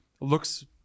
looks